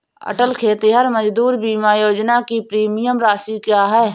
अटल खेतिहर मजदूर बीमा योजना की प्रीमियम राशि क्या है?